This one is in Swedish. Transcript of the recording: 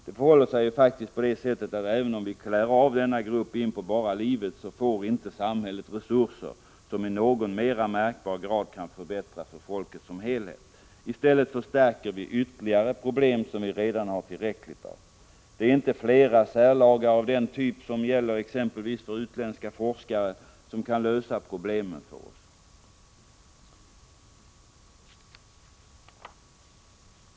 Det förhåller sig ju faktiskt på det sättet att även om vi klär av denna grupp inpå bara livet, får vi inte i samhället resurser som i något mera märkbar grad kan förbättra för folket som helhet. I stället förstärker vi ytterligare problem som vi redan har tillräckligt av. Det är inte flera särlagar av den typ som gäller exempelvis för utländska forskare som kan lösa problemen för oss.